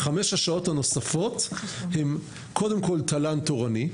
5 השעות הנוספות הם קודם כל תל"ן תורני,